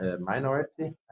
minority